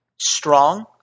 strong